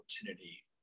opportunity